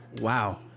Wow